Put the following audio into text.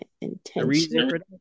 intention